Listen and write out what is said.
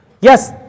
Yes